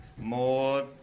More